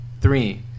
three